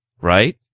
right